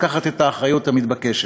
לקחת את האחריות המתבקשת,